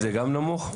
נמוך?